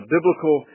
Biblical